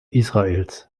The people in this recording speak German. israels